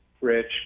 Rich